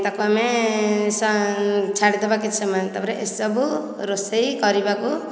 ତାକୁ ଆମେ ଛାଡ଼ିଦେବା କିଛି ସମୟ ତାପରେ ଏସବୁ ରୋଷେଇ କରିବାକୁ